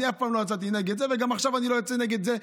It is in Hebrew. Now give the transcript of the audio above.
אני אף פעם לא יצאתי נגד זה וגם עכשיו אני לא יוצא נגד זה ספציפית,